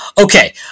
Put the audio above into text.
Okay